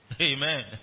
Amen